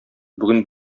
бүген